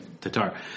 Tatar